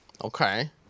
Okay